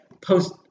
post